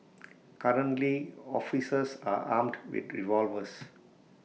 currently officers are armed with revolvers